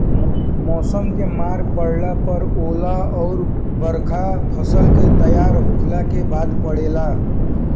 मौसम के मार पड़ला पर ओला अउर बरखा फसल के तैयार होखला के बाद पड़ेला